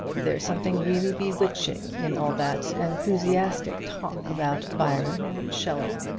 there's something really bewitching in all that enthusiastic talk about byron and shelley.